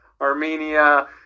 Armenia